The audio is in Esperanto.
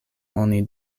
oni